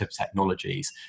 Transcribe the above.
technologies